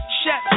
chef